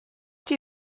die